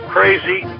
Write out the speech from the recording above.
Crazy